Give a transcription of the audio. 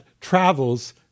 travels